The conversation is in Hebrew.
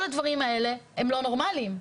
כל הדברים האלה הם לא נורמליים.